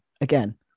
again